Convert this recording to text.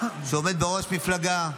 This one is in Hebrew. שעומד בראש מפלגה,